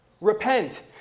Repent